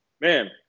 Man